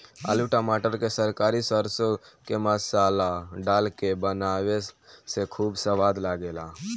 आलू टमाटर के तरकारी सरसों के मसाला डाल के बनावे से खूब सवाद लागेला